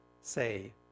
say